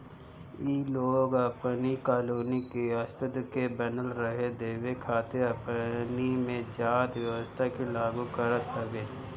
इ लोग अपनी कॉलोनी के अस्तित्व के बनल रहे देवे खातिर अपनी में जाति व्यवस्था के लागू करत हवे